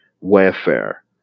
welfare